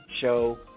show